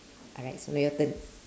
alright so your turn